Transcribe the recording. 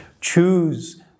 Choose